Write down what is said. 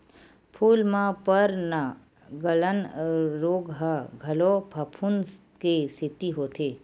फूल म पर्नगलन रोग ह घलो फफूंद के सेती होथे